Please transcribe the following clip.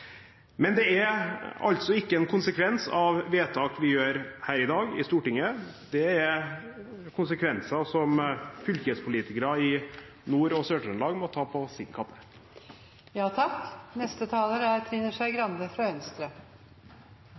Men det er altså ikke en konsekvens av vedtak vi gjør her i dag i Stortinget, det er konsekvenser som fylkespolitikere i Nord- og Sør-Trøndelag må ta på sin